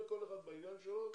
כל אחד בעניין שלו,